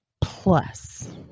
plus